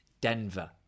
Denver